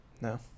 No